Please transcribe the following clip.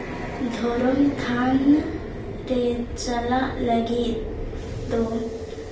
ᱫᱷᱚᱨᱚᱢ ᱛᱷᱟᱱ ᱨᱮ ᱪᱟᱞᱟᱜ ᱞᱟᱹᱜᱤᱫ ᱫᱚ